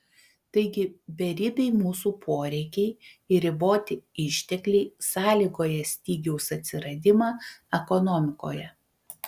taigi beribiai mūsų poreikiai ir riboti ištekliai sąlygoja stygiaus atsiradimą ekonomikoje